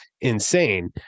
insane